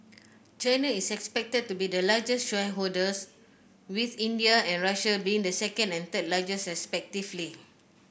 China is expected to be the largest shareholder with India and Russia being the second and third largest respectively